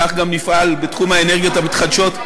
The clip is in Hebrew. כך גם נפעל בתחום האנרגיות המתחדשות.